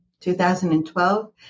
2012